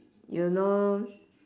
you know